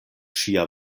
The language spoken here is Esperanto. ŝia